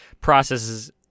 processes